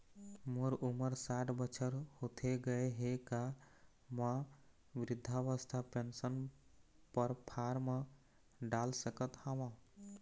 मोर उमर साठ बछर होथे गए हे का म वृद्धावस्था पेंशन पर फार्म डाल सकत हंव?